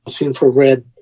infrared